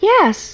Yes